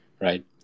right